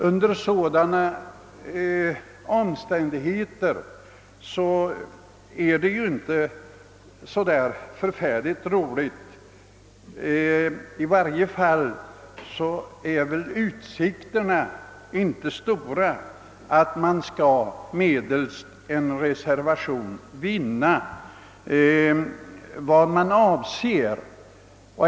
Under sådana omständigheter är väl utsikterna inte stora att medelst en reservation kunna nå vad man avser.